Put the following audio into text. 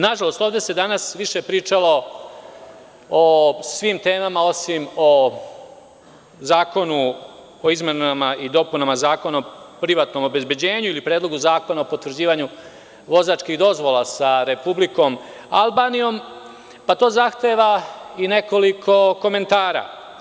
Nažalost, ovde se više pričalo o svim temama, osim o Zakonu o izmenama i dopunama Zakona o privatnom obezbeđenju ili o Predlogu zakona o potvrđivanju vozačkih dozvola sa Republikom Albanijom, pa to zahteva nekoliko komentara.